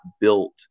built